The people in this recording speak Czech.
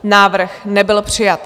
Návrh nebyl přijat.